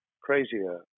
crazier